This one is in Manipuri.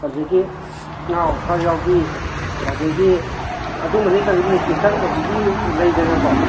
ꯑꯗꯒꯤ ꯑꯧ ꯐꯔ ꯌꯥꯎꯕꯤ ꯑꯗꯒꯤ ꯑꯗꯨꯝꯕ ꯅꯨꯡꯁꯤꯠ ꯆꯪꯗꯕꯤꯒꯤ ꯂꯩꯗꯅꯀꯣ